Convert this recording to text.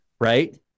right